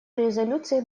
резолюции